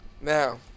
Now